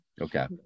okay